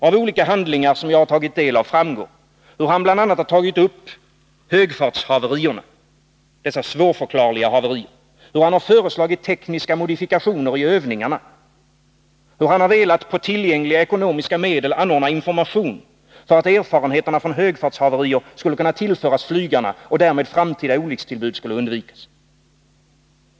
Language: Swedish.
Av olika handlingar som jag har tagit del av framgår hur han bl.a. har tagit upp högfartshaverierna, dessa svårförklarliga haverier, hur han har föreslagit tekniska modifikationer i övningagna, hur han med tillgängliga ekonomiska medel har velat anordna information för att erfarenheterna från högfartshaverier skulle kunna tillföras flygarna och hur därmed framtida olyckstillbud skulle undvikas.